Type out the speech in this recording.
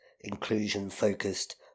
inclusion-focused